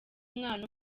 umwana